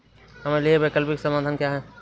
हमारे लिए वैकल्पिक समाधान क्या है?